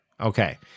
Okay